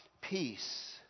peace